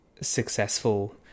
successful